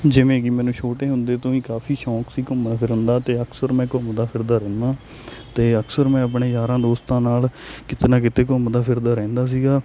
ਜਿਵੇਂ ਕਿ ਮੈਨੂੰ ਛੋਟੇ ਹੁੰਦੇ ਤੋਂ ਹੀ ਕਾਫ਼ੀ ਸ਼ੌਂਕ ਸੀ ਘੁੰਮਣ ਫਿਰਨ ਦਾ ਅਤੇ ਅਕਸਰ ਮੈਂ ਘੁੰਮਦਾ ਫਿਰਦਾ ਰਹਿੰਦਾ ਅਤੇ ਅਕਸਰ ਮੈਂ ਆਪਣੇ ਯਾਰਾਂ ਦੋਸਤਾਂ ਨਾਲ ਕਿਤੇ ਨਾ ਕਿਤੇ ਘੁੰਮਦਾ ਫਿਰਦਾ ਰਹਿੰਦਾ ਸੀਗਾ